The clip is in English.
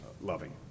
Loving